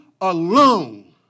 alone